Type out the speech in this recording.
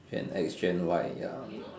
gen X gen Y ya